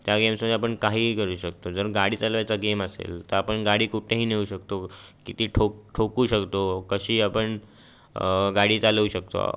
त्या गेम्समध्ये आपण काहीही करू शकतो जर गाडी चालवायचा गेम असेल तर आपण गाडी कुठेही नेऊ शकतो किती ठोक ठोकू शकतो कशीही आपण गाडी चालवू शकतो